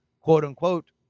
quote-unquote